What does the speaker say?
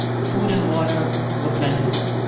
food and water were plentiful.